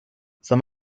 some